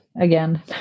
again